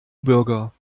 bürger